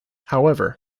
however